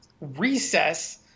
recess